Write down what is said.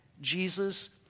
Jesus